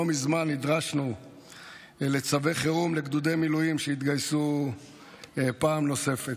לא מזמן נדרשנו לצווי חירום לגדודי מילואים שהתגייסו פעם נוספת,